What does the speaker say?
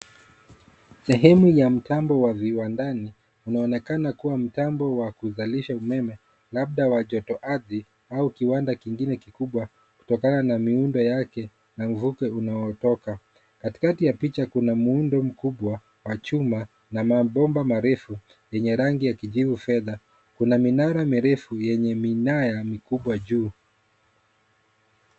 Sehemu ya mtambo wa viwandani, unaonekana kuwa mtambo wa kuzalisha umeme labda wa joto ardhi, au kiwanda kingine kikubwa kutokana na miundo yake na mvuke unatoka. Katikati ya picha kuna muundo mkubwa wa chuma na mabomba marefu ya kijivu fedha. Kuna minara mirefu yenye minara mikubwa juu.